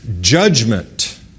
judgment